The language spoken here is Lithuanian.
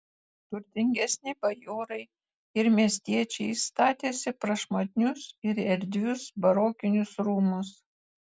turtingesni bajorai ir miestiečiai statėsi prašmatnius ir erdvius barokinius rūmus